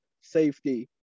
safety